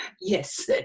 Yes